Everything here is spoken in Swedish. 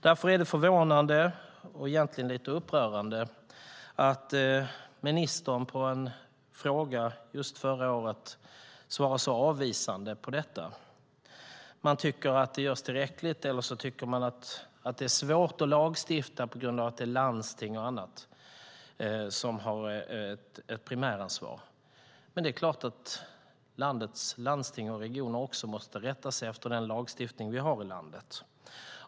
Därför är det förvånande, och egentligen lite upprörande, att ministern förra året svarade så avvisande på en fråga om detta. Man tycker att det görs tillräckligt, eller så tycker man att det är svårt att lagstifta på grund av att det är landsting och andra som har ett primäransvar. Men det är klart att landets landsting och regioner måste rätta sig efter den lagstiftning vi har i landet.